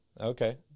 Okay